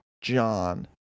John